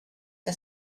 que